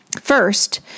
First